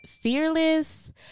fearless